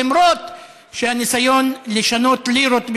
למרות הניסיון לשנות לירות לשקלים,